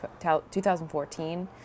2014